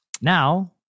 Now